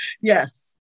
yes